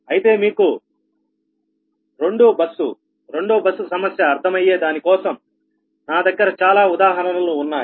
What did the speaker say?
అయితే మీకు 2 bus 2 bus సమస్య అర్ధమయ్యే దానికోసం నా దగ్గర చాలా ఉదాహరణలు ఉన్నాయి